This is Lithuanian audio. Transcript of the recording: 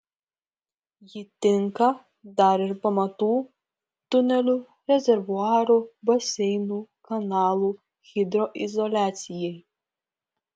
ji tinka dar ir pamatų tunelių rezervuarų baseinų kanalų hidroizoliacijai